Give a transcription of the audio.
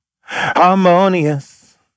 harmonious